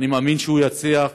ואני מאמין שהוא יצליח,